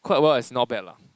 quite well as not bad lah